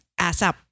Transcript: ASAP